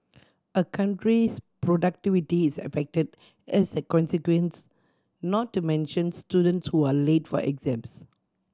a country's productivity is affected as a consequence not to mention students who are late for exams